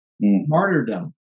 Martyrdom